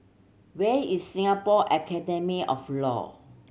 where is Singapore Academy of Law